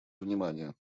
внимания